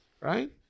right